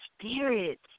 spirits